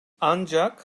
ancak